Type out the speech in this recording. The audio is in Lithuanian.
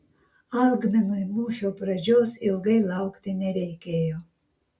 algminui mūšio pradžios ilgai laukti nereikėjo